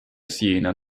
siena